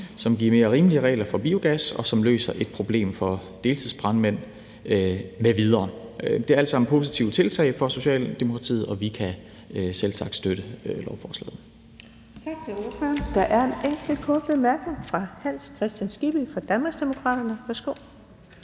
som giver mere rimelige regler for biogas, og som løser et problem for deltidsbrandmænd m.v. Det er alt sammen positive tiltag for Socialdemokratiet, og vi kan selvsagt støtte lovforslaget.